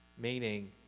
meaning